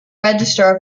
register